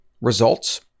results